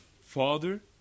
father